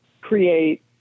create